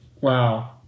Wow